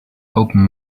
open